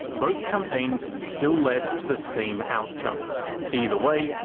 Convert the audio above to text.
both campaigns still lead to the same outcome either way,